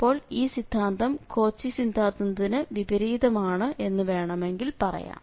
അപ്പോൾ ഈ സിദ്ധാന്തം കോച്ചി സിദ്ധാന്തത്തിന് വിപരീതമാണ് എന്ന് വേണമെങ്കിൽ പറയാം